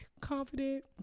confident